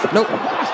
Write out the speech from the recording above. Nope